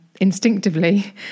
instinctively